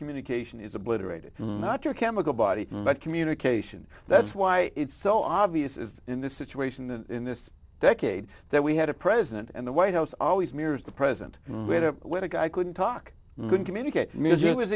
communication is obliterated not your chemical body but communication that's why it's so obvious is in this situation and in this decade that we had a president and the white house always mirrors the present when a guy couldn't talk could communicate music was